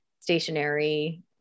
stationary